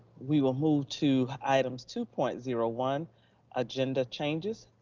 we will move to items two point zero one agenda changes,